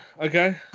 Okay